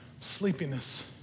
sleepiness